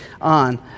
on